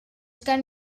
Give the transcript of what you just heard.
gen